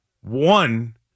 One